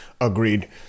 Agreed